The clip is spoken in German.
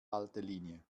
haltelinie